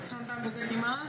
sometimes bukit timah